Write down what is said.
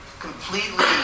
Completely